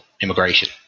immigration